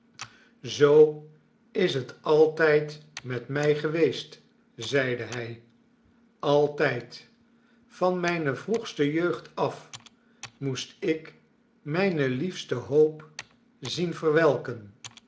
zoo is het altijd met mij geweest zeide hij altijd van mijne vroegstejeugd af moest ik mijne liefste hoop zien verwelken